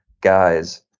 guys